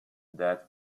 that’s